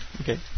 Okay